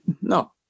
No